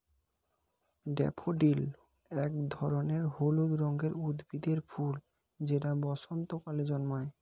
daffodil এক ধরনের হলুদ রঙের উদ্ভিদের ফুল যেটা বসন্তকালে জন্মায়